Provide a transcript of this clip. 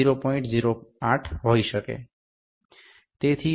08 હોઈ શકે છે તેથી 0